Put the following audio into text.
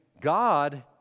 God